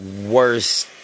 Worst